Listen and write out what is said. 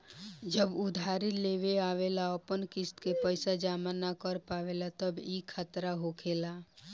जब उधारी लेवे वाला अपन किस्त के पैसा जमा न कर पावेला तब ई खतरा होखेला